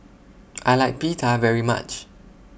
I like Pita very much